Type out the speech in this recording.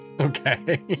Okay